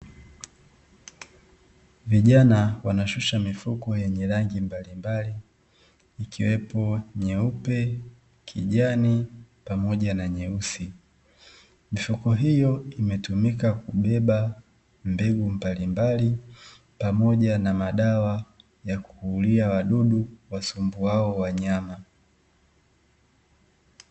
Vijana wanashusha mifuko yenye rangi mbalimbali, ikiwepo meupe, kijani pamoja na nyeusi. Mifuko hiyo imetumika kubeba mbegu mbalimbali pamoja na madawa ya kuulia wadudu wasumbuao wanyama.